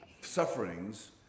sufferings